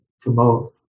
promote